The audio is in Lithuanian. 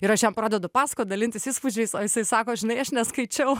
ir aš jam pradedu pasakot dalintis įspūdžiais o jisai sako žinai aš neskaičiau